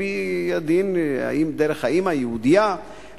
על-פי הדין אם האמא היא יהודייה,